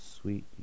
sweet